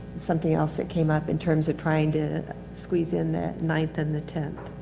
something else that came up in terms of trying to squeeze in the ninth and the tenth.